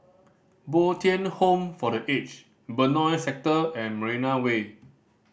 Bo Tien Home for The Aged Benoi Sector and Marina Way